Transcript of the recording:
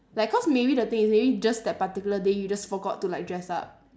like cause maybe the thing is maybe just that particular day you just forgot to like dress up